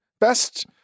Best